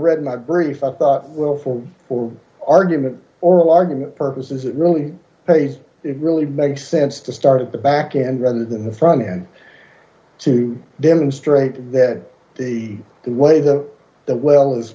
read my brief i thought well for for argument or argument purposes it really pays it really makes sense to start at the back end rather than the front end to demonstrate that the the way the the well as